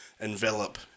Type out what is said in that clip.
envelop